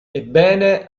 ebbene